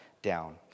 down